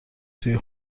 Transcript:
توی